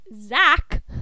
Zach